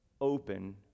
open